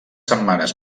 setmanes